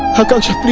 akansha